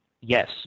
Yes